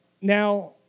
Now